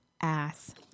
ass